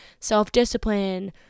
self-discipline